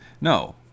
No